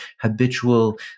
habitual